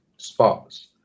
spots